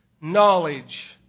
knowledge